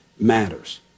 Matters